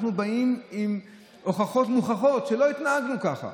אנחנו באים עם הוכחות מוכחות שלא התנהגנו ככה,